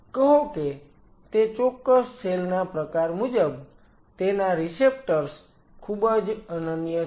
કહો કે તે ચોક્કસ સેલ ના પ્રકાર મુજબ તેના રીસેપ્ટર્સ ખૂબ જ અનન્ય છે